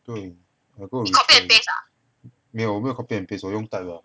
对 I go rephrase 没有我没有 copy and paste 我用 type 的